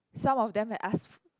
some of them had ask